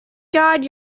god